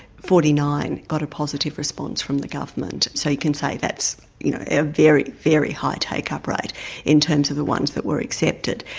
forty nine got a positive response from the government, so you can say that's you know a very, very high take-up rate in terms of the ones that were accepted.